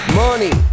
money